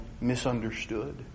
misunderstood